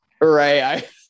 right